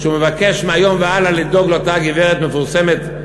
שהוא מבקש מהיום והלאה לדאוג לאותה גברת מפורסמת,